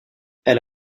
elle